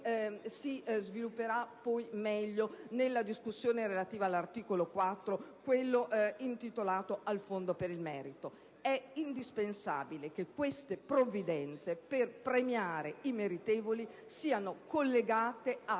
che svilupperemo meglio nella discussione relativa all'articolo 4, intitolato al fondo per il merito. È indispensabile che le provvidenze per premiare i meritevoli siano collegate a